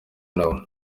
nabo